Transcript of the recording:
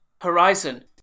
horizon